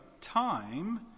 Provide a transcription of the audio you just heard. time